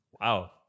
Wow